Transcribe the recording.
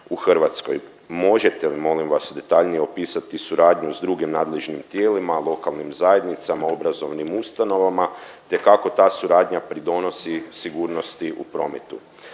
Možete li molim vas detaljnije opisati suradnju s drugim nadležnim tijelima, lokalnim zajednicama, obrazovnim ustanovama te kako ta suradnja pridonosi sigurnosti u prometu.